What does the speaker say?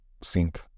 sync